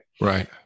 Right